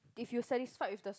if you satisfied with the